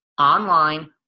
online